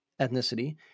ethnicity